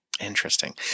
Interesting